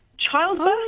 childbirth